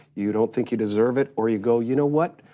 you don't think you deserve it or you go, you know what,